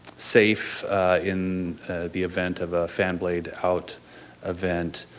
safe in the event of a fan blade out event.